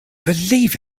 believe